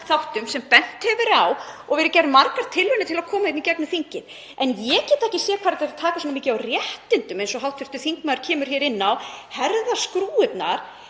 þáttum sem bent hefur verið á og verið gerðar margar tilraunir til að koma í gegnum þingið. En ég get ekki séð hvar þetta er að taka svona mikið á réttindum eins og hv. þingmaður kemur inn á, herða skrúfurnar.